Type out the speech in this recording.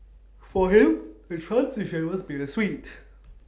for him the transition was bittersweet